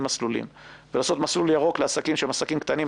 מסלולים ולעשות מסלול ירוק לעסקים קטנים.